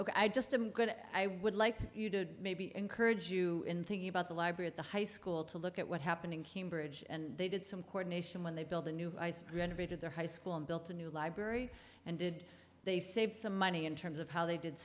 i just i'm going to i would like you to maybe encourage you in thinking about the library at the high school to look at what happened in cambridge and they did some court nation when they build a new ice renovated their high school and built a new library and did they save some money in terms of how they did